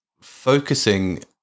focusing